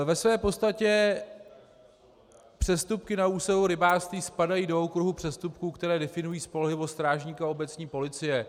Ve své podstatě přestupky na úseku rybářství spadají do okruhu přestupků, které definují spolehlivost strážníka obecní policie.